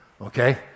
okay